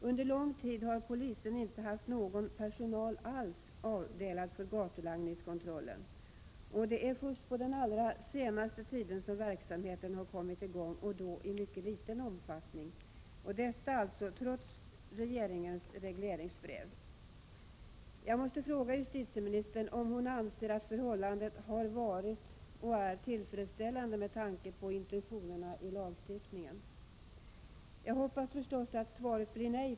Under lång tid har polisen inte haft någon personal alls avdelad för gatulangningskontrollen, och det är först på den allra senaste tiden som verksamheten kommit i gång, och då i mycket liten omfattning, detta trots regeringens regleringsbrev. Jag måste fråga justitieministern om hon anser att förhållandet har varit och är tillfredsställande med tanke på intentionerna i lagstiftningen. Jag hoppas förstås att svaret blir nej.